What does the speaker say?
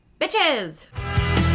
bitches